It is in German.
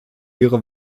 ihre